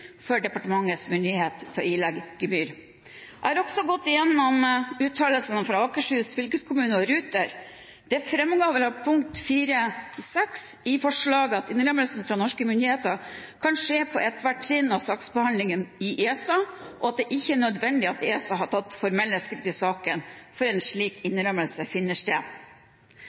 for departementets myndighet til å ilegge gebyr». Jeg har også gått gjennom uttalelsene fra Akershus fylkeskommune og Ruter: «Det fremgår av punkt 4.6 i forslaget at innrømmelsen fra norske myndigheter kan skje på ethvert trinn av saksbehandlingen i ESA og at det ikke er nødvendig at ESA har tatt formelle skritt i saken før slik